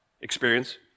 experience